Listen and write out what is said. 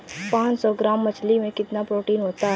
पांच सौ ग्राम मछली में कितना प्रोटीन होता है?